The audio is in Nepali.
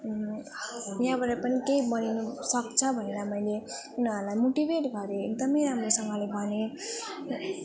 यहाँबाट पनि केही बनिनु सक्छ भनेर मैले उनीहरूलाई मोटिभेट गरेँ एकदमै राम्रोसँगले भनेँ